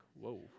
whoa